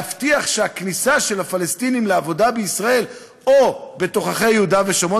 להבטיח שהכניסה של הפלסטינים לעבודה בישראל או בתוככי יהודה ושומרון,